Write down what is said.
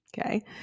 okay